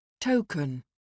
Token